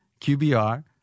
QBR